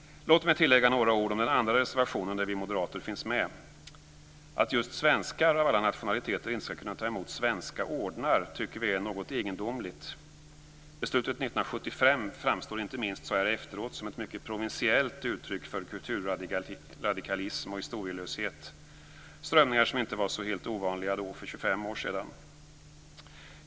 Låt mig tillägga några ord om den andra reservationen där vi moderater finns med. Att just, av alla nationaliteter, svenskar inte ska kunna ta emot svenska ordnar är något egendomligt. Beslutet från 1975 framstår, inte minst så här efteråt, som ett provinsiellt uttryck för kulturradikalism och historielöshet - strömningar som inte var helt ovanliga för 25 år sedan.